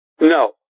No